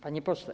Panie Pośle!